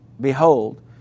Behold